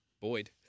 Boyd